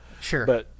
Sure